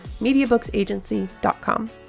mediabooksagency.com